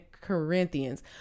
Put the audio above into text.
Corinthians